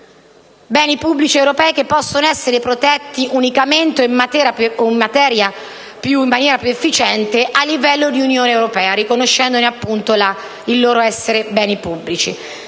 beni pubblici europei che possono essere protetti unicamente, o in maniera più efficiente, a livello di Unione europea, riconoscendo il loro essere beni pubblici.